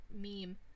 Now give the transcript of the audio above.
meme